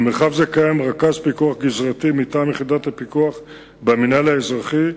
במרחב זה קיים רכז פיקוח גזרתי מטעם יחידת הפיקוח במנהל האזרחי,